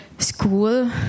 School